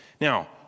Now